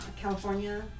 California